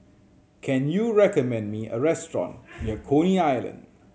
can you recommend me a restaurant near Coney Island